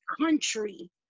country